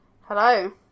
Hello